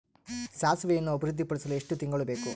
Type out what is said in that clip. ಸಾಸಿವೆಯನ್ನು ಅಭಿವೃದ್ಧಿಪಡಿಸಲು ಎಷ್ಟು ತಿಂಗಳು ಬೇಕು?